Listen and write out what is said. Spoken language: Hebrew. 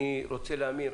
אני רוצה להאמין,